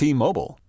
T-Mobile